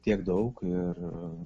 tiek daug ir